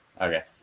okay